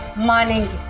morning